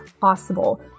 possible